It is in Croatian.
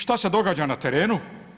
Što se događa na terenu?